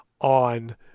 on